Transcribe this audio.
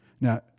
Now